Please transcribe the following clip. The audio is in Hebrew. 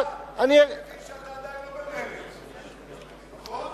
אריה אלדד, אני מבין שאתה עדיין לא במרצ, נכון?